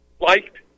liked